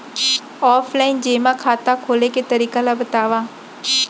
Offline जेमा खाता खोले के तरीका ल बतावव?